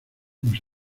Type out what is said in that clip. nos